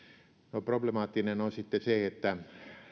no problemaattista on sitten se että